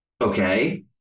Okay